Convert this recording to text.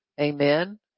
amen